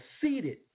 seated